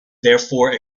therefore